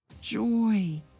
joy